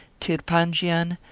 tirpanjian,